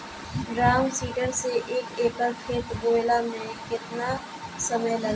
Drum seeder से एक एकड़ खेत बोयले मै कितना समय लागी?